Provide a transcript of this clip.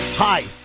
Hi